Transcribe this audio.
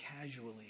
casually